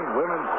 women